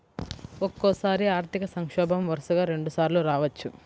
ఒక్కోసారి ఆర్థిక సంక్షోభం వరుసగా రెండుసార్లు రావచ్చు